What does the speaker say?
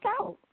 out